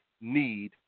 need